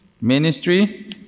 ministry